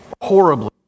horribly